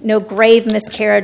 no grave miscarriage